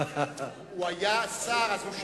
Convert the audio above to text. הוא היה שר, אז הוא שכח.